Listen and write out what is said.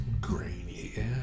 grainy